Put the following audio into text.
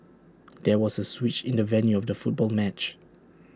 there was A switch in the venue of the football match